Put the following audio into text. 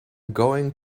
going